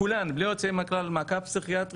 כולן בלי יוצא מן הכלל במעקב פסיכיאטרי,